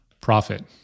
profit